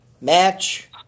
match